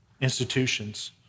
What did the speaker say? institutions